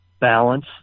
balance